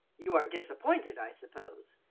you are disappointed, i suppose?